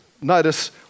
notice